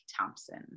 Thompson